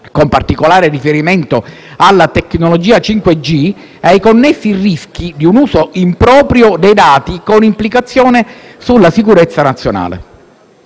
con particolare riferimento alla tecnologia 5G e ai connessi rischi di un uso improprio dei dati con implicazioni sulla sicurezza nazionale.